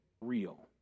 real